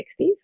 1960s